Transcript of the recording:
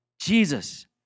Jesus